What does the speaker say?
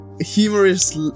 humorous